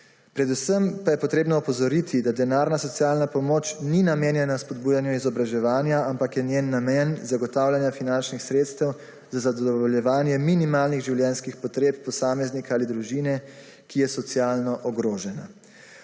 Predvsem pa je potrebno opozoriti, da denarna socialna pomoč ni namenjena spodbujanju izobraževanja, ampak je njen namen zagotavljanje finančnih sredstev za zadovoljevanje minimalnih življenjskih potreb posameznika ali družine, ki je socialno ogrožena.